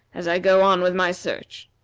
as i go on with my search,